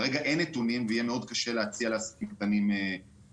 כרגע אין נתונים ויהיה מאוד קשה להציע לעסקים קטנים שירות.